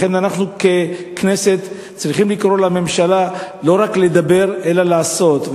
לכן אנחנו ככנסת צריכים לקרוא לממשלה לא רק לדבר אלא לעשות.